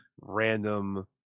random